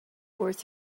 worth